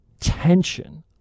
tension